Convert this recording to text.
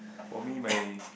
for me my